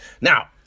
now